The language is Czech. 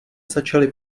začali